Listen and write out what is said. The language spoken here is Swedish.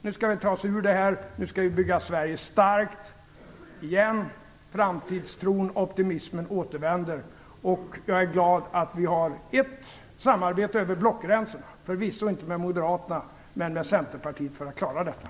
Nu skall vi ta oss ur det här, och nu skall vi bygga Sverige starkt igen. Framtidstron och optimismen återvänder. Jag är glad att vi har ett samarbete över blockgränserna, förvisso inte med Moderaterna, men med Centerpartiet, för att klara detta.